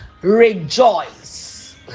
rejoice